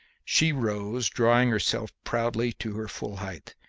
she rose, drawing herself proudly to her full height.